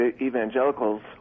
evangelicals